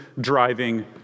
driving